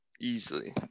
Easily